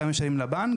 כמה הם משלמים לבנק.